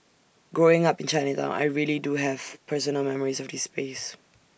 growing up in Chinatown I really do have personal memories of this space